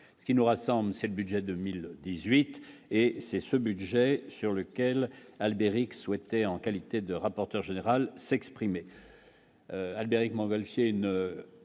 ce qui nous rassemble, c'est le budget 2018 et c'est ce budget sur lequel Albéric en qualité de rapporteur général s'exprimer Albéric Montgolfier